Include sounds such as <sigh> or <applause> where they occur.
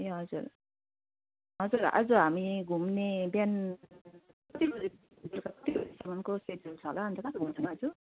ए हजुर हजुर आज हामी घुम्ने बिहान <unintelligible>